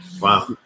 Wow